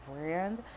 brand